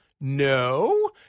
no